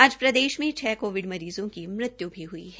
आज प्रदेश में छ कोविड मरीज़ों की मृत्यु भी ह्ई है